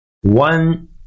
one